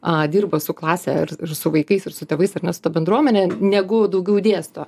a dirba su klase ir su vaikais ir su tėvais ir net su ta bendruomene negu daugiau dėsto